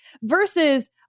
versus